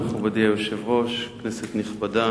מכובדי היושב-ראש, כנסת נכבדה,